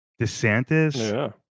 DeSantis